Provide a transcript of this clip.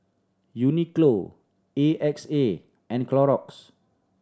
Uniqlo A X A and Clorox